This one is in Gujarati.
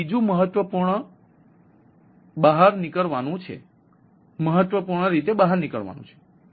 આ બીજું મહત્વપૂર્ણ બહાર નીકળવાનું છે